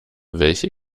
welche